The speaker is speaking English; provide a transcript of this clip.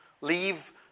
leave